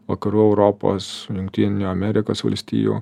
vakarų europos jungtinių amerikos valstijų